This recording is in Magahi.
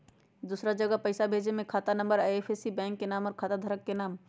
दूसरा जगह पईसा भेजे में खाता नं, आई.एफ.एस.सी, बैंक के नाम, और खाता धारक के नाम?